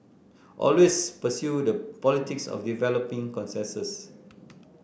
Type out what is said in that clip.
always pursue the politics of developing consensus